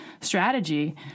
strategy